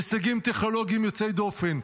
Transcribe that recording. הישגים טכנולוגיים יוצאי דופן,